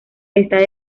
está